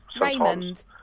Raymond